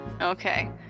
Okay